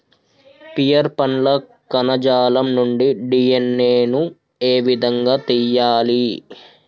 Pear పండ్ల కణజాలం నుండి డి.ఎన్.ఎ ను ఏ విధంగా తియ్యాలి?